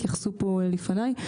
התייחסו פה לפני.